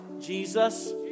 Jesus